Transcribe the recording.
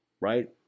right